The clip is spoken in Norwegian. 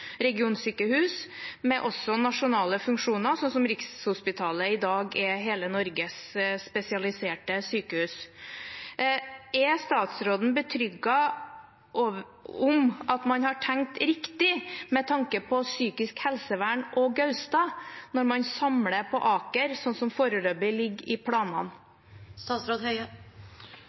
regionsykehus med også nasjonale funksjoner, sånn som Rikshospitalet i dag er hele Norges spesialiserte sykehus. Er statsråden trygg på at man har tenkt riktig med tanke på psykisk helsevern og Gaustad når man samler det på Aker, som foreløpig ligger i